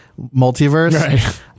multiverse